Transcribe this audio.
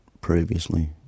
previously